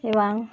এবং